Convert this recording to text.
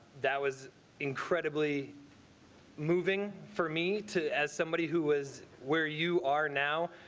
that was incredibly moving for me to as somebody who was where you are now.